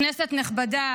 כנסת נכבדה,